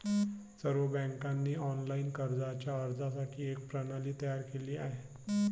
सर्व बँकांनी ऑनलाइन कर्जाच्या अर्जासाठी एक प्रणाली तयार केली आहे